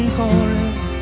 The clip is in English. chorus